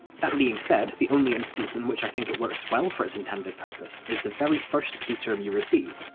that being said, said, the only instance in which i think it works well for its intended purpose is the very first key term you receive,